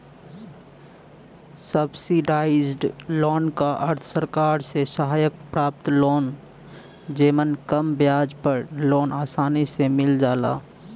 subsidised loan क अर्थ सरकार से सहायता प्राप्त लोन जेमन कम ब्याज पर लोन आसानी से मिल जाला